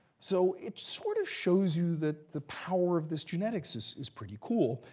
so it sort of shows you that the power of this genetics is is pretty cool,